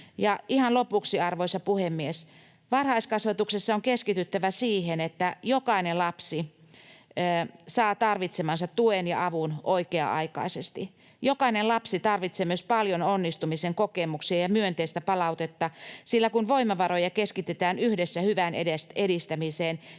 ihan lopuksi, arvoisa puhemies: Varhaiskasvatuksessa on keskityttävä siihen, että jokainen lapsi saa tarvitsemansa tuen ja avun oikea-aikaisesti. Jokainen lapsi tarvitsee myös paljon onnistumisen kokemuksia ja myönteistä palautetta, sillä kun voimavaroja keskitetään yhdessä hyvän edistämiseen,